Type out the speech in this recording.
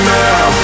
now